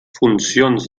funcions